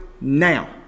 now